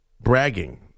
bragging